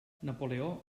napoleó